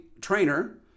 trainer